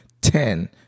ten